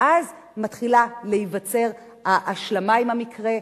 ואז מתחילה להיווצר ההשלמה עם המקרה,